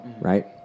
right